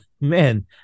man